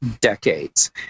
decades